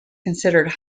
considered